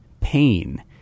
pain